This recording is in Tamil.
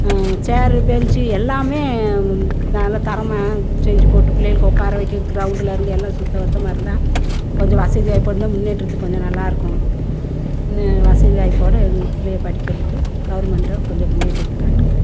சேர்ரு பென்ச்சி எல்லாமே நல்லா தரமாக செஞ்சு போட்டு பிள்ளைகளுக்கு உக்கார வைக்கிறதுக்கு க்ரவுண்ட்லேருந்து எல்லாம் சுத்தம் பத்தமாக இருந்தால் கொஞ்சம் வசதி வாய்ப்போட இருந்தால் முன்னேற்றத்துக்கு கொஞ்சம் நல்லா இருக்கும் வசதி வாய்ப்போட பிள்ளைகள் படிக்கிறதுக்கும் கவர்மெண்டு கொஞ்சம் முன்னேற்றத்துக்கு காட்டுங்கள்